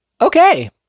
Okay